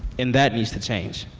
and that needs to change.